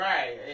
Right